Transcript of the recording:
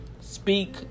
speak